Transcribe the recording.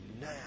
now